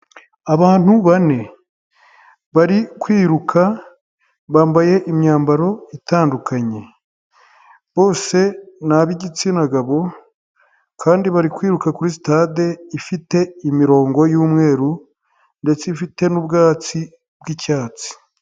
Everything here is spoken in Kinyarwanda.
Abantu bane, bari kwiruka bambaye imyambaro itandukanye, bose ni ab'igitsina gabo, kandi bari kwiruka kuri stade ifite imirongo y'umweru ndetse ifite n'ubwatsi bw'icyatsi.